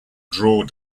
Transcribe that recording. draw